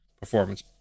performance